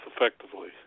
effectively